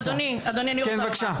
אדוני, אני רוצה.